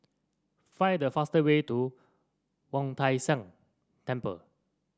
find the faster way to Wu Tai Shan Temple